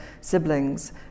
siblings